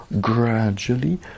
gradually